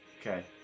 Okay